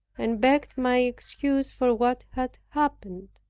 and begged my excuse for what had happened